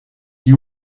you